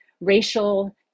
racial